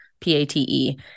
P-A-T-E